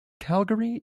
calgary